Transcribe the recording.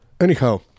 Anyhow